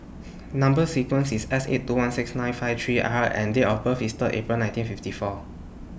Number sequence IS S eight two one six nine five three R and Date of birth IS Third April nineteen fifty four